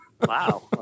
Wow